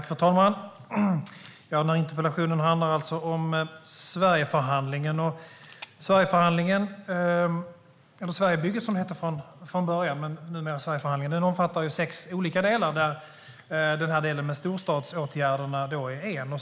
Fru talman! Denna interpellationsdebatt handlar om Sverigeförhandlingen, som från början hette Sverigebygget. Sverigeförhandlingen omfattar sex olika delar, där delen om storstadsåtgärderna är en.